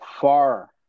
far